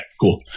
cool